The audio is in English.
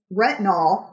retinol